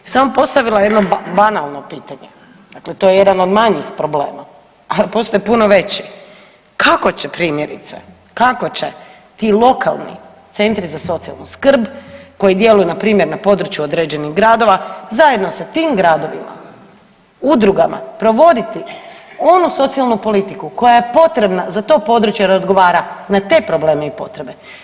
Ja sam vam postavila jedno banalno pitanje, dakle to je jedan od manjih problema, ali postoji puno veći, kako će primjerice, kako će ti lokalni centri za socijalnu skrb koji djeluju npr. na području određenih gradova zajedno sa tim gradovima, udrugama provoditi onu socijalnu politiku koja je potrebna za to područje jer odgovara na te probleme i potrebe?